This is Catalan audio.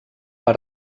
per